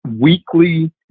weekly